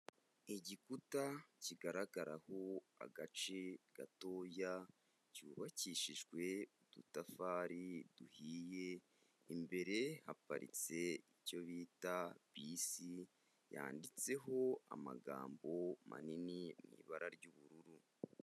Igikuta kigaragaraho agace gatoya cyubakishijwe udutafari duhiye, imbere haparitse icyo bita bisi, yanditseho amagambo manini mu ibara ry'ubururu.